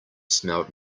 smelled